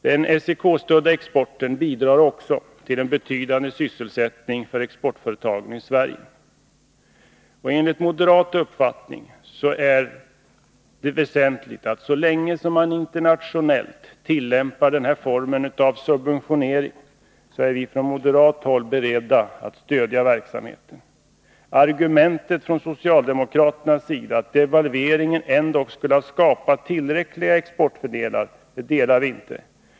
Den SEK-stödda exporten bidrar också till en betydande sysselsättning för exportföretagen i Sverige. Så länge man internationellt tillämpar den här formen av subventionering är vi från moderat håll beredda att stödja verksamheten. Uppfattningen från socialdemokraternas sida att devalveringen ändå skulle ha skapat tillräckliga exportfördelar delar vi inte.